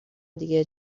دیگه